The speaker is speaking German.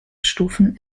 stufen